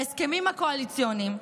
בהסכמים הקואליציוניים,